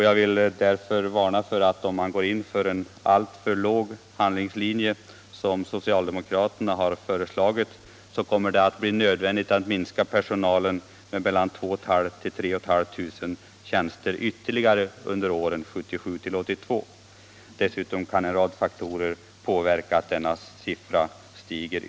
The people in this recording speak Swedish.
Jag vill därför varna för att det, om man följer en alltför lågt inriktad handlingslinje i försvarsutredningen, som socialdemokraterna har föreslagit, kommer att bli nödvändigt att minska personalen inom försvaret med mellan 2500 och 3 500 tjänster under åren 1977-1982.